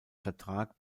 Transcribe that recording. vertrag